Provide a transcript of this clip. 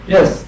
Yes